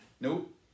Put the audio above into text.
Nope